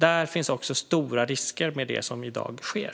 I och med det finns det också stora risker med det som i dag sker.